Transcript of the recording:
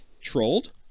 Trolled